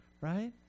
right